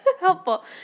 helpful